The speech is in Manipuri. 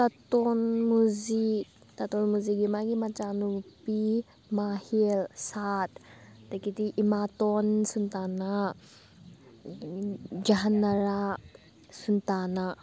ꯇꯥꯇꯣꯟ ꯃꯨꯖꯤ ꯇꯥꯇꯣꯟ ꯃꯨꯖꯤꯒꯤ ꯃꯥꯒꯤ ꯃꯆꯥꯅꯨꯄꯤ ꯃꯍꯤꯜ ꯁꯥꯠ ꯑꯗꯒꯤꯗꯤ ꯏꯃꯥꯇꯣꯟ ꯁꯨꯟꯇꯥꯅꯥ ꯒ꯭ꯌꯥꯍꯟꯅꯥꯔꯥꯥ ꯁꯨꯟꯇꯥꯅꯥ